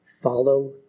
follow